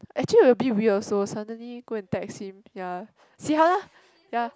actually we a bit weird also suddenly go and text him ya see how lah ya